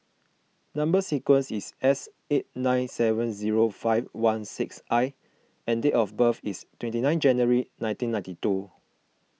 Number Sequence is S eight nine seven zero five one six I and date of birth is twenty nine January nineteen ninety two